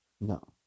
No